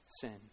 sin